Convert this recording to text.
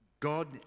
God